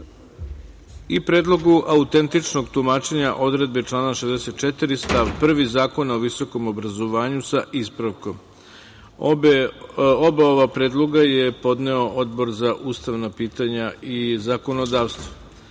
i Predlogu autentičnog tumačenja odredbe člana 64. stav 1. Zakona o visokom obrazovanju, sa ispravkom. Oba ova predloga je podneo Odbor za ustavna pitanja i zakonodavstvo. Da